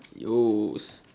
yo